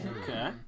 okay